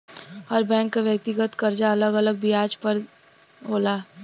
हर bank के व्यक्तिगत करजा अलग अलग बियाज दर पे होला